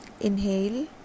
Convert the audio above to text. Inhale